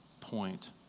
point